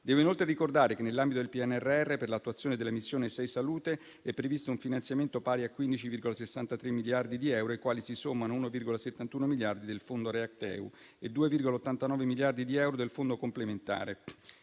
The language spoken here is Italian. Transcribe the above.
Devo inoltre ricordare che, nell'ambito del PNRR per l'attuazione delle Missione 6 salute, è previsto un finanziamento pari a 15,63 miliardi di euro ai quali si sommano 1,71 miliardi del fondo React-EU e 2,89 miliardi di euro del fondo complementare.